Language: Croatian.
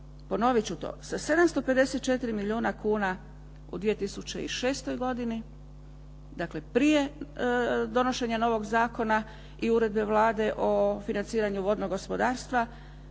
ponovit ću to, sa 754 milijuna kuna u 2006. godini, dakle prije donošenja novog zakona i uredbe Vlade o financiranju vodnog gospodarstva,